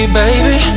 baby